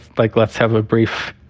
like, let's have a brief,